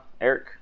Eric